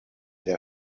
der